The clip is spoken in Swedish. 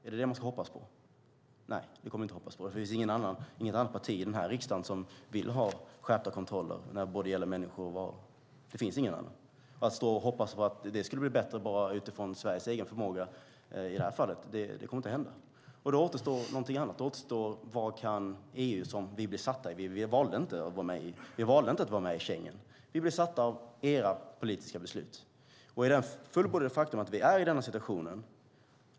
Ska man hoppas på det? Nej, det kan man inte hoppas på. Det finns inget annat parti i den här riksdagen som vill ha skärpta kontroller när det gäller både människor och varor. Ska man stå och hoppas på att det skulle bli bättre bara utifrån Sveriges egen förmåga i det här fallet? Det kommer inte att hända. Då återstår någonting annat. Då återstår frågan: Vad kan EU, som vi har blivit satta i, göra? Vi valde inte att vara med i Schengen. Vi blev satta där av era politiska beslut. Det är ett fullbordat faktum att vi är i denna situation.